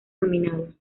nominados